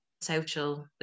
social